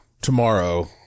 tomorrow